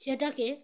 সেটাকে